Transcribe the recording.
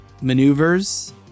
maneuvers